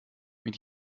mit